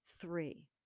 three